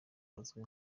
uzwi